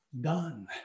done